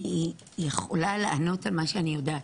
אני יכולה לענות על מה שאני יודעת,